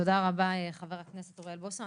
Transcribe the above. תודה רבה, חבר הכנסת אוריאל בוסו.